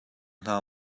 hna